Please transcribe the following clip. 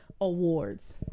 awards